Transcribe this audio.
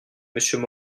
monsieur